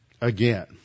again